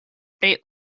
pri